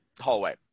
hallway